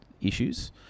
issues